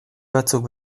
batzuk